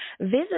visit